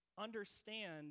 understand